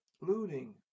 looting